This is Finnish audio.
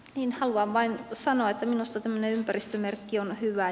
haluan vain sanoa että minusta tämmöinen ympäristömerkki on hyvä